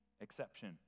exception